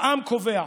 העם קובע,